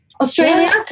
Australia